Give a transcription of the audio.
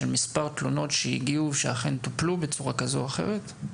של מספר תלונות שהגיעו שאכן טופלו בצורה כזו או אחרת?